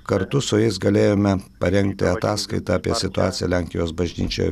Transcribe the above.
kartu su jais galėjome parengti ataskaitą apie situaciją lenkijos bažnyčioje